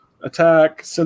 Attack